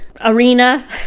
arena